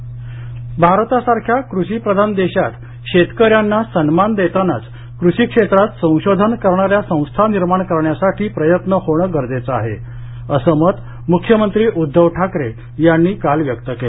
कृषी मुख्यमंत्री भारतासारखी कृषी प्रधान देशात शेतकऱ्याला सन्मान देतानाच कृषी क्षेत्रात संशोधन करणाऱ्या संस्था निर्माण करण्यासाठी प्रयत्न होणं गरजेचं आहे असं मत मुख्यमंत्री उद्धव ठाकरे यांनी काल व्यक्त केलं